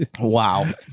Wow